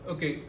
Okay